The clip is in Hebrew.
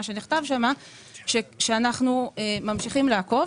מה שנכתב שם זה שאנחנו ממשיכים לעקוב,